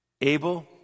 Abel